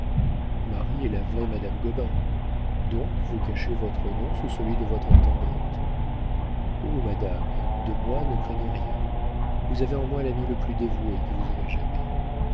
marie est la vraie madame gobain donc vous cachez votre nom sous celui de votre intendante oh madame de moi ne craignez rien vous avez en moi l'ami le plus dévoué que vous aurez jamais